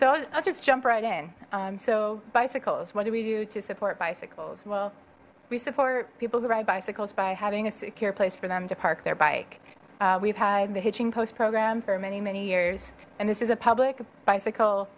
i'll just jump right in so bicycles what do we do to support bicycles well we support people who ride bicycles by having a secure place for them to park their bike we've had the hitching post program for many many years and this is a public bicycle